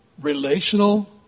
relational